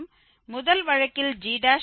முதல் வழக்கில் g1